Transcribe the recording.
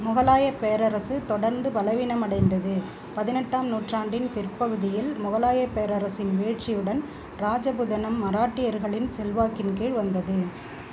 முகலாயப் பேரரசு தொடர்ந்து பலவீனமடைந்தது பதினெட்டாம் நூற்றாண்டின் பிற்பகுதியில் முகலாயப் பேரரசின் வீழ்ச்சியுடன் ராஜபுதனம் மராட்டியர்களின் செல்வாக்கின் கீழ் வந்தது